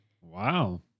Wow